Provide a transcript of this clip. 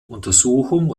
untersuchung